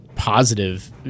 Positive